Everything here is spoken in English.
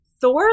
thor